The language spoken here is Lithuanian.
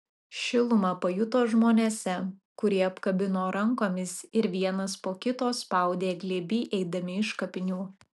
šilumą pajuto žmonėse kurie apkabino rankomis ir vienas po kito spaudė glėby eidami iš kapinių